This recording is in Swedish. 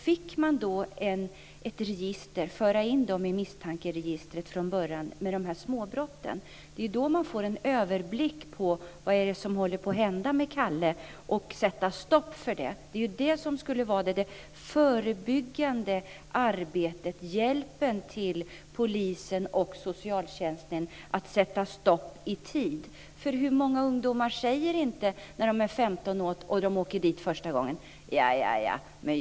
Fick vi föra in dessa småbrott i misstankeregistret från början hade vi fått en överblick över vad som håller på att hända med t.ex. Kalle, och då hade vi kunnat sätta stopp för det. Det är det som skulle vara det förebyggande arbetet och hjälpen för polisen och socialtjänsten att sätta stopp i tid. Hur många ungdomar säger inte "Ja, ja. Jag har gjort så mycket innan" när de är 15 år och åker dit första gången?